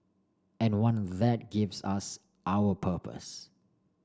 and one that gives us our purpose